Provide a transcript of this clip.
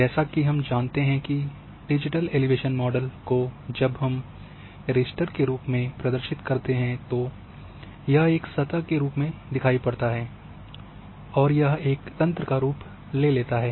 जैसा कि हम जानते हैं कि डिजिटल एलिवेशन मॉडल को जब हम रेस्टर के रूप में प्रदर्शित करते हैं तो यह एक सतह के रूप में दिखायी पड़ता है और यह एक तंत्र का रूप ले लेता है